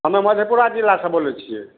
हमे मधेपुरा जिलासे बोलै छिए